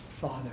father